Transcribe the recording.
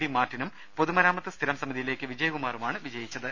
D മാർട്ടിനും പൊതുമരാമത്ത് സ്ഥിരം സമിതിയിലേക്ക് വിജയകുമാറുമാണ് വിജയിച്ചത്